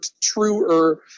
truer